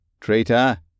Traitor